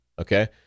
Okay